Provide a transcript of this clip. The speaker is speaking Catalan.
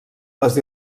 les